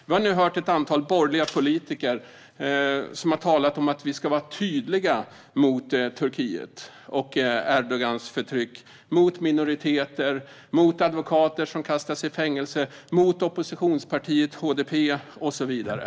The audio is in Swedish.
Vi har nu hört ett antal borgerliga politiker som har talat om att vi ska vara tydliga mot Turkiet och Erdogans förtryck mot minoriteter, mot advokater som kastas i fängelse, mot oppositionspartiet HDP och så vidare.